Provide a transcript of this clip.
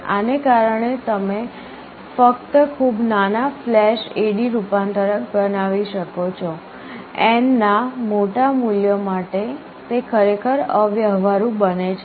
આને કારણે તમે ફક્ત ખૂબ નાના ફ્લેશ AD રૂપાંતરક બનાવી શકો છો n ના મોટા મૂલ્યો માટે તે ખરેખર અવ્યવહારુ બને છે